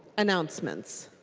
announcements?